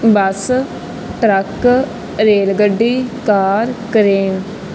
ਬੱਸ truck rail ਗੱਡੀ car crane